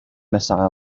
missile